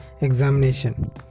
Examination